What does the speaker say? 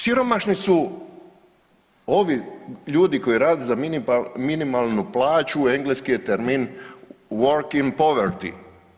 Siromašni su ovi ljudi koji rade za minimalnu plaću, engleski je termin working poverty.